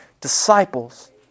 disciples